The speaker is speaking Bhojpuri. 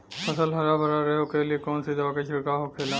फसल हरा भरा रहे वोकरे लिए कौन सी दवा का छिड़काव होखेला?